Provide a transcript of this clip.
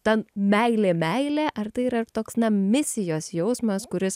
ta meilė meilė ar tai yra ir toks na misijos jausmas kuris